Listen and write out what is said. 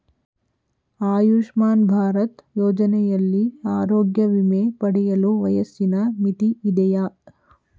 ಆಯುಷ್ಮಾನ್ ಭಾರತ್ ಯೋಜನೆಯಲ್ಲಿ ಆರೋಗ್ಯ ವಿಮೆ ಪಡೆಯಲು ವಯಸ್ಸಿನ ಮಿತಿ ಇದೆಯಾ?